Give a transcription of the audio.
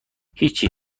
هیچی